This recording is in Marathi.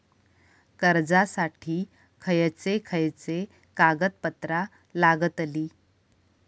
कर्जासाठी खयचे खयचे कागदपत्रा लागतली?